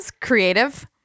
creative